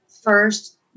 first